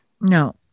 No